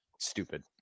stupid